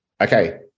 Okay